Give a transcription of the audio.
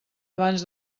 abans